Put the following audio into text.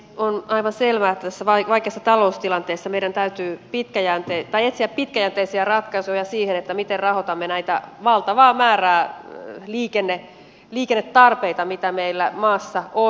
on aivan selvää että tässä vaikeassa taloustilanteessa meidän täytyy etsiä pitkäjänteisiä ratkaisuja siihen miten rahoitamme tätä valtavaa määrää liikennetarpeita mitä meillä maassamme on